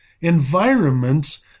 environments